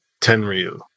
tenryu